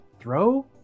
throw